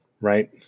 right